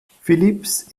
phillips